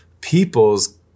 people's